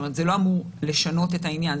זה לא אמור לשנות את העניין.